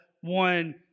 one